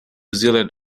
zealand